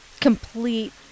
complete